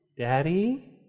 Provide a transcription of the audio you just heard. Daddy